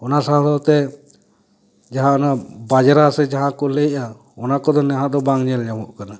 ᱚᱱᱟ ᱥᱟᱶ ᱥᱟᱶᱛᱮ ᱡᱟᱦᱟᱸ ᱚᱱᱟ ᱵᱟᱡᱽᱨᱟ ᱥᱮ ᱡᱟᱦᱟᱸ ᱠᱚ ᱞᱟᱹᱭᱮᱜᱼᱟ ᱚᱱᱟ ᱠᱚᱫᱚ ᱱᱟᱦᱟᱜ ᱫᱚ ᱵᱟᱝ ᱧᱮᱞ ᱧᱟᱢᱚᱜ ᱠᱟᱱᱟ